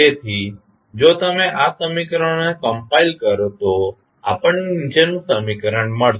તેથી જો તમે આ સમીકરણોને કમ્પાઇલ કરો તો આપણને નીચેનું સ્ટેટ સમીકરણ મળશે